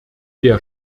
der